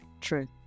True